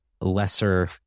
lesser